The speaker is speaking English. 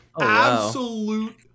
absolute